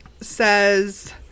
says